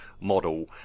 model